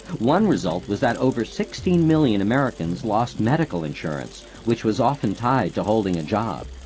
one result was that over sixteen million americans lost medical insurance, which was often tied to holding a job.